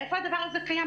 איפה הדבר הזה קיים?